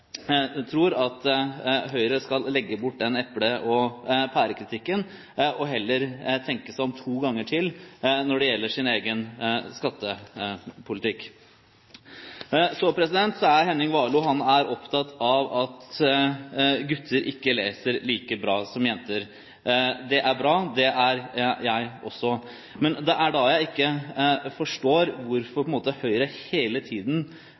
Jeg tror at Høyre skal legge bort eple og pære-kritikken og heller tenke seg om to ganger til når det gjelder egen skattepolitikk. Så er Henning Warloe opptatt av at gutter ikke leser like bra som jenter. Det er bra; det er jeg også opptatt av. Men det er da jeg ikke forstår hvorfor Høyre hele tiden